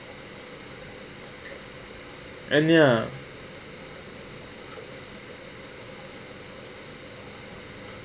and ya